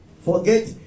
Forget